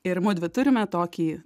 ir mudvi turime tokį